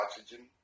oxygen